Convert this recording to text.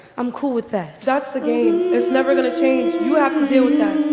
i'm cool with that. that's the game, it's never gonna change you have to deal